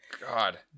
God